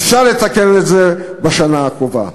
אפשר לתקן את זה בשנה הקרובה.